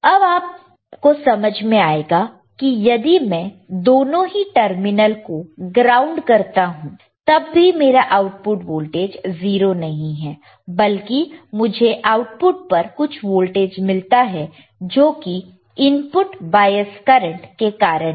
अब आपको समझ में आया होगा कि यदि मैं दोनों ही टर्मिनल को ग्राउंड करता हूं तब भी मेरा आउटपुट वोल्टेज 0 नहीं है बल्कि मुझे आउटपुट पर कुछ वोल्टेज मिलता है जोकि इनपुट बायस करंट के कारण है